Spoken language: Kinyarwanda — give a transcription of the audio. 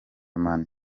man